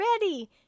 ready